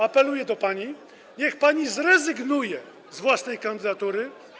Apeluję do pani: niech pani zrezygnuje z własnej kandydatury.